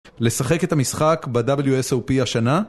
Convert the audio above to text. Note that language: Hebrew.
לשחק את המשחק ב-WSOP השנה